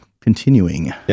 continuing